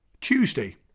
Tuesday